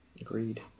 Agreed